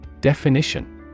Definition